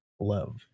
love